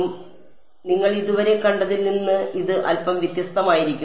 അതിനാൽ നിങ്ങൾ ഇതുവരെ കണ്ടതിൽ നിന്ന് ഇത് അൽപ്പം വ്യത്യസ്തമായിരിക്കും